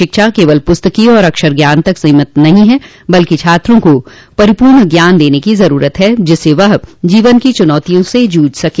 शिक्षा केवल पुस्तकीय और अक्षर ज्ञान तक सीमित नहीं है बल्कि छात्रों को परिपूर्ण ज्ञान देने की जरूरत है जिससे वह जीवन की चुनौतियों से जूझ सके